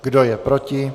Kdo je proti?